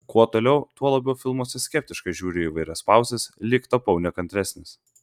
kuo toliau tuo labiau filmuose skeptiškai žiūriu į įvairias pauzes lyg tapau nekantresnis